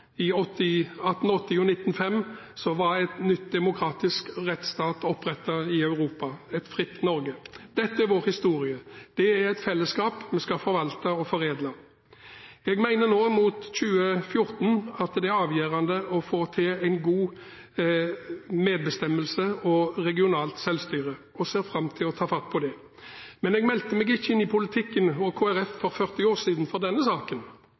i 1880 og 1905, var en ny demokratisk rettsstat opprettet i Europa – et fritt Norge. Dette er vår historie. Det er et fellesskap vi skal forvalte og foredle. Jeg mener nå – mot 2014 – at det er avgjørende å få til en god medbestemmelse og regionalt selvstyre, og jeg ser fram til å ta fatt på det. Men jeg meldte meg ikke inn i politikken og Kristelig Folkeparti for 40 år siden for denne saken.